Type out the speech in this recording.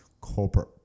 corporate